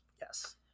Yes